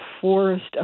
forest